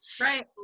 Right